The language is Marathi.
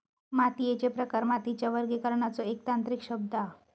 मातीयेचे प्रकार मातीच्या वर्गीकरणाचो एक तांत्रिक शब्द हा